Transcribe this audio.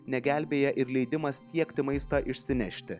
negelbėja ir leidimas tiekti maistą išsinešti